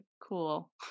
cool